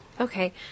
Okay